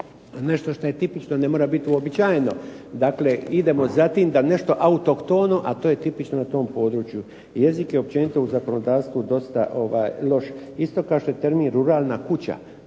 nešto što je tipično ne mora biti uobičajeno. Dakle, idemo za tim da nešto autohtono, a to je tipično na tom području. Jezik je općenito u zakonodavstvu dosta loš, isto kao što je termin ruralna kuća